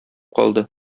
калды